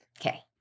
okay